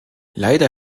leider